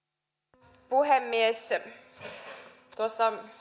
arvoisa puhemies tuossa